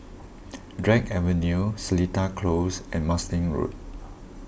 Drake Avenue Seletar Close and Marsiling Road